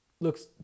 looks